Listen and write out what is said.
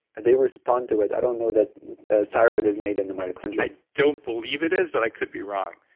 they respond to it. i don't know that thyroid is made in the mitochondria i don't believe it is, but i could be wrong.